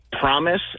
promise